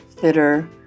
fitter